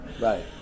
Right